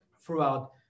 throughout